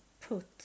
put